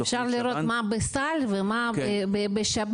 אפשר לראות מה יש בסל ומה יש בשב"ן,